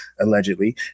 Allegedly